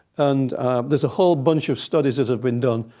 and there's a whole bunch of studies that have been done,